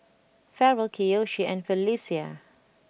Ferrell Kiyoshi and Felecia